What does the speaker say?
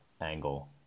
angle